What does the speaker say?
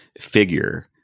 figure